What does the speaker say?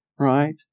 Right